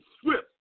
swift